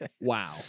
wow